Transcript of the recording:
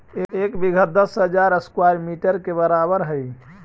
एक बीघा दस हजार स्क्वायर मीटर के बराबर हई